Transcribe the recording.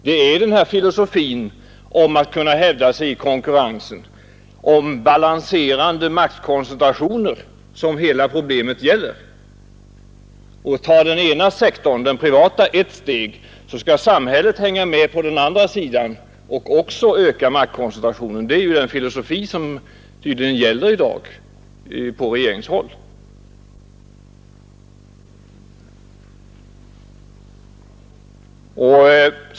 Det gäller här också filosofin om att kunna hävda sig i konkurrensen genom att vara stor och om balanserande maktkoncentrationer. Tar den privata sektorn ett steg, skall samhället hänga med och också öka maktkoncentrationen. Den filosofin gäller tydligen i dag på regeringshåll.